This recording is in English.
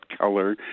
color